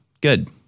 Good